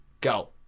Go